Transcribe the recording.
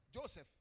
Joseph